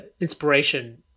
inspiration